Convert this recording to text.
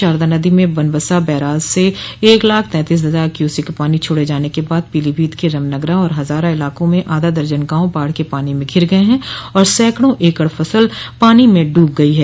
शारदा नदी में बनबसा बैराज से एक लाख तैंतीस हजार क्यूसिक पानी छोड़े जाने के बाद पीलीभीत के रमनगरा और हजारा इलाकों में आधा दर्जन गांव बाढ़ के पानी में घिर गये हैं और सैकड़ों एकड़ फसल पानी में डूब गई है